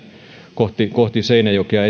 eteenpäin kohti seinäjokea